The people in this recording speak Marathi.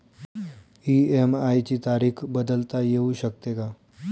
इ.एम.आय ची तारीख बदलता येऊ शकते का?